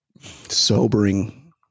sobering